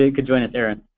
ah could join us, erin.